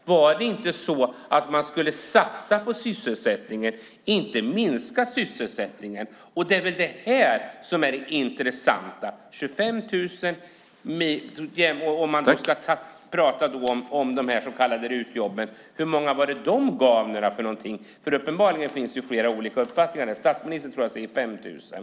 Var det inte så att man skulle satsa på sysselsättningen, inte minska den? Det intressanta är väl de 25 000 färre i arbete. Och hur många jobb gav de så kallade RUT-jobben? Uppenbarligen finns det flera olika uppfattningar. Jag tror att statsministern talar om 5 000.